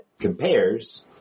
compares